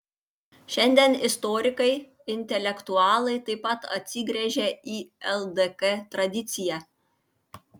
šiandien istorikai intelektualai taip pat atsigręžią į ldk tradiciją